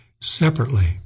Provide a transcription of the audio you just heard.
Separately